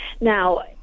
Now